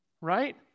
right